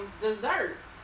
desserts